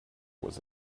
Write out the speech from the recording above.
was